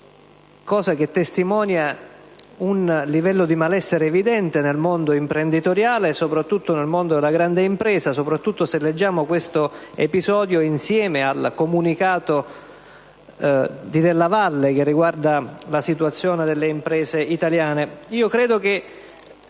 cosa che testimonia un livello di malessere evidente nel mondo imprenditoriale, soprattutto in quello della grande impresa, in particolare se leggiamo questo episodio insieme al comunicato di Della Valle relativo alla situazione delle imprese italiane.